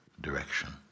direction